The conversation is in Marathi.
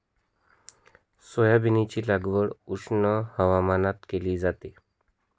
सोयाबीनची लागवड उष्ण हवामानात केली जाते